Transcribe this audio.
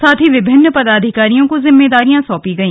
साथ ही विभिन्न पदाधिकारियों को जिम्मेदारियां सौंपी गई